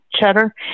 cheddar